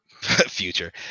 future